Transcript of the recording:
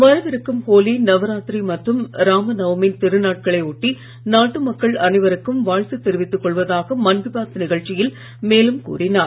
வரவிருக்கும் ஹோலி நவராத்திரி மற்றும் ராமநவமி திருநாட்களை டுட்டி நாட்டு மக்கள் அனைவருக்கும் வாழ்த்து தெரிவித்துக் கொள்வதாக மன் கீ பாத் நிகழ்ச்சியில் மேலும் தெரிவித்துள்ளார்